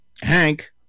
Hank